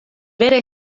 vere